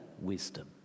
wisdom